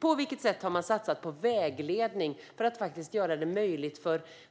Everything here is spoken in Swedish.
På vilket sätt har man satsat på vägledning för att göra det möjligt